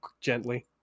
gently